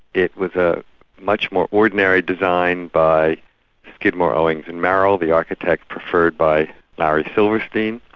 it was a much more ordinary design by skidmore owings and merrill, the architect preferred by larry silverstein,